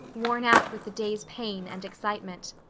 worn out with the day's pain and excitement.